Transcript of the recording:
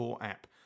app